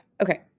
Okay